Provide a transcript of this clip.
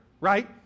right